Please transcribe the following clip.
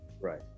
Right